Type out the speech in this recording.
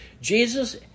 Jesus